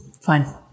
Fine